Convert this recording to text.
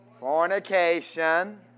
Fornication